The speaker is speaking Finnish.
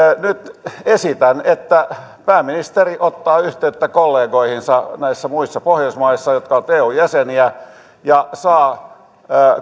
nyt esitän että pääministeri ottaa yhteyttä kollegoihinsa näissä muissa pohjoismaissa jotka ovat eun jäseniä ja saa